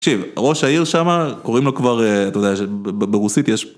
תקשיב, ראש העיר שמה, קוראים לו כבר, אתה יודע, ברוסית יש...